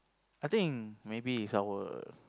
I think maybe is our